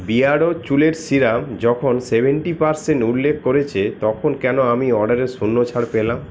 Beardo চুলের serum যখন seventy percent উল্লেখ করেছে তখন কেন আমি অর্ডারে শূন্য ছাড় পেলাম